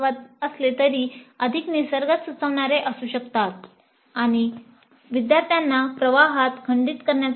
प्रत्येक वैकल्पिक अपरिहार्यपणे 3 0 0 ते असेच निर्दिष्ट करते